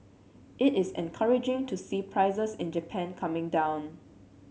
it is encouraging to see prices in Japan coming down